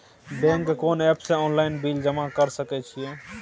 Bank के कोन app से ऑनलाइन बिल जमा कर सके छिए?